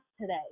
today